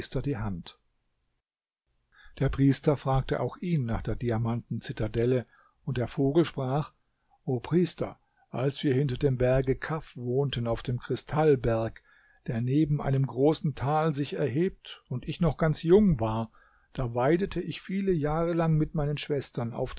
die hand der priester fragte auch ihn nach der diamanten zitadelle und der vogel sprach o priester als wir hinter dem berge kaf wohnten auf dem kristallberg der neben einem großen tal sich erhebt und ich noch ganz jung war da weidete ich viele jahre lang mit meinen schwestern auf